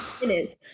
minutes